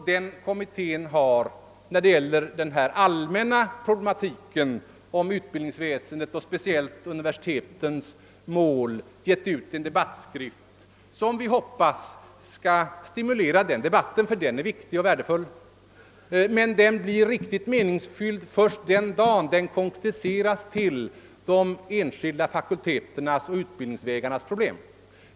Den kommittén har vad beträffar denna allmänna problematik om utbildningsväsendet och speciellt universitetens mål givit ut en debattskrift som vi hoppas skall stimulera debatten — ty denna är viktig och värdefull, men den blir riktigt meningsfylld först den dag då den konkretiseras till de enskilda fakulteternas och utbildningsvägarnas problem.